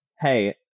Hey